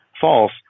false